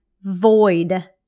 void